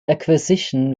acquisition